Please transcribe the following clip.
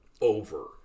over